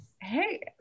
hey